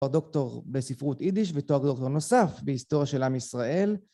דוקטור בספרות יידיש ותואר דוקטור נוסף בהיסטוריה של עם ישראל